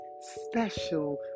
special